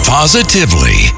Positively